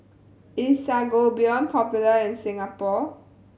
is Sangobion popular in Singapore